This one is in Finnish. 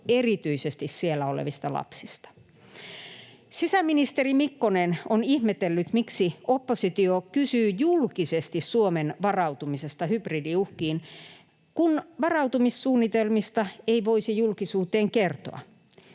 erityisesti siellä olevista lapsista. [Sari Sarkomaa: Kyllä!] Sisäministeri Mikkonen on ihmetellyt, miksi oppositio kysyy julkisesti Suomen varautumisesta hybridiuhkiin, kun varautumissuunnitelmista ei voisi julkisuuteen kertoa.